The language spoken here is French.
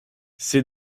c’est